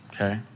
Okay